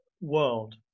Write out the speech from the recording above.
world